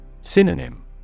Synonym